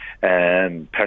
personally